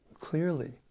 clearly